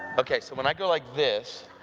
ok, so when i go like this,